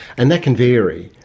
and that can vary.